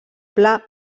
pla